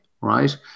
right